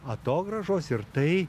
atogrąžos ir tai